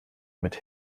mit